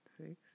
six